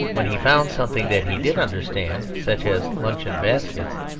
when he found something that he did understand, such as luncheon baskets,